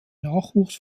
nachwuchs